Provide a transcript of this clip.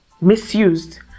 misused